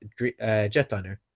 jetliner